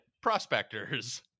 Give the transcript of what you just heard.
prospectors